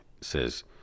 says